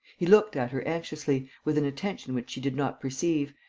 he looked at her anxiously, with an attention which she did not perceive,